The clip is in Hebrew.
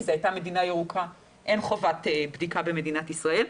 זו הייתה מדינה ירוקה ואין חובת בדיקה במדינת ישראל,